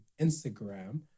Instagram